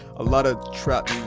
a lot of trap